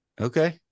okay